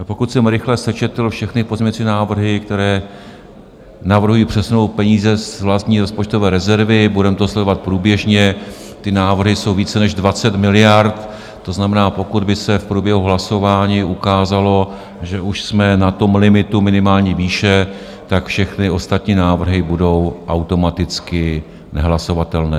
Pokud jsem rychle sečetl všechny pozměňovací návrhy, které navrhují přesunout peníze z vládní rozpočtové rezervy, budeme to sledovat průběžně, ty návrhy jsou více než 20 miliard, to znamená, pokud by se v průběhu hlasování ukázalo, že už jsme na limitu minimální výše, všechny ostatní návrhy budou automaticky nehlasovatelné.